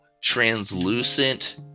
translucent